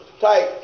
tight